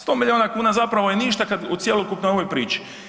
100 miliona kuna zapravo je ništa kad u cjelokupnoj ovoj priči.